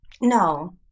No